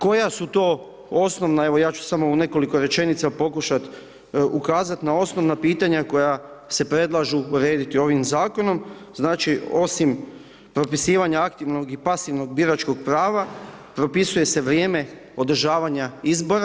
Koja su to osnovna, evo ja ću samo u nekoliko rečenica pokušat ukazat na osnovna pitanja koja se predlažu urediti ovim zakonom, znači, osim propisivanja aktivnog i pasivnog biračkog prava, propisuje se vrijeme održavanja izbora.